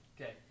okay